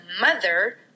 mother